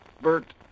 Bert